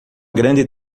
grande